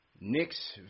Knicks